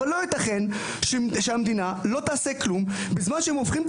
אבל לא ייתכן שהמדינה לא תעשה כלום בזמן שהם הופכים את